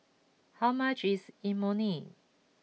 how much is Imoni